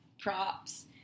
props